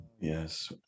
Yes